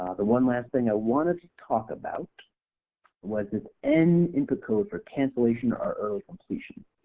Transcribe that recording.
the one last thing i wanted to talk about was this n input code for cancellation or early completion.